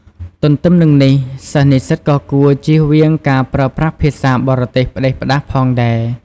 ទន្ទឹមនឹងនេះ សិស្សនិស្សិតក៏គួរ ចៀសវាងការប្រើប្រាស់ភាសាបរទេសផ្តេសផ្តាសផងដែរ។